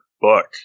book